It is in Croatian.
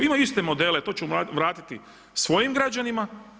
Imaju iste modele, to će vratiti svojim građanima.